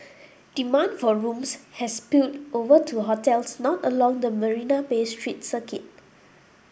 demand for rooms has spilled over to hotels not along the Marina Bay street circuit